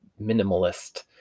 minimalist